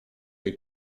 jej